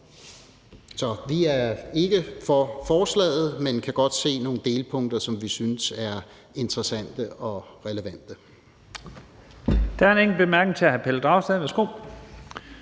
Så vi er ikke for forslaget, men vi kan godt se nogle delpunkter, som vi synes er interessante og relevante.